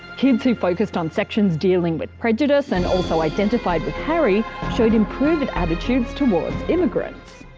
kids who focused on sections dealing with prejudice and also identified with harry, showed improved attitudes towards immigrants.